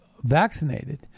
vaccinated